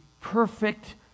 perfect